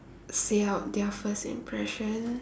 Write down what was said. say out their first impression